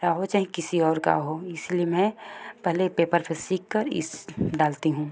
मेरा हो चाहें किसी और का हो इसलिए मैं पहले पेपर पर सीख कर इस डालती हूँ